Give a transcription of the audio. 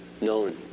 known